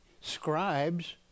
scribes